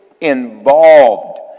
involved